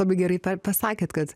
labai gerai per pasakėt kad